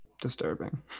disturbing